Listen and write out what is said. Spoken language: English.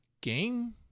game